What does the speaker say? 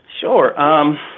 Sure